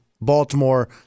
Baltimore